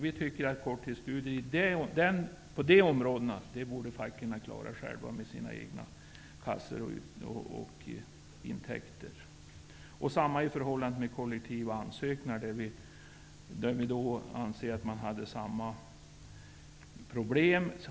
Vi tycker att korttidsstudier på dessa områden borde facken klara med egna kassor och intäkter. Detta gällde också kollektiva ansökningar, där problemen har varit desamma.